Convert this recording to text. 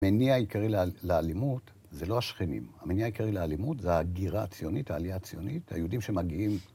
המניע העיקרי לאלימות זה לא השכנים, המניע העיקרי לאלימות זה הגירה הציונית, העלייה הציונית, היהודים שמגיעים